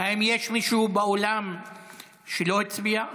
אינה נוכחת האם יש מישהו באולם שלא הצביע?